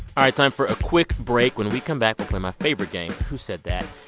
all right. time for a quick break. when we come back, we'll play my favorite game, who said that.